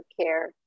care